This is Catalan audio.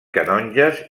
canonges